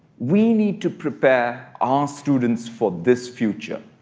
we need to prepare our students for this future.